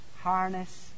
harness